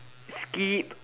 skip